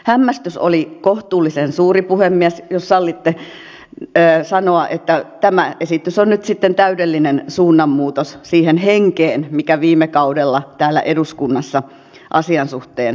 hämmästys oli kohtuullisen suuri kun puhemies jos sallitte sanoa tämä esitys on sitten täydellinen suunnanmuutos siihen henkeen mikä viime kaudella täällä eduskunnassa asian suhteen oli